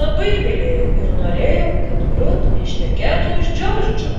labai mylėjau ir norėjau kad rut ištekėtų už džordžo